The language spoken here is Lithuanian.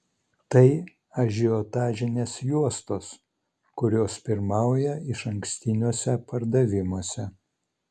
tai ažiotažinės juostos kurios pirmauja išankstiniuose pardavimuose